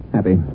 Happy